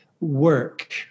work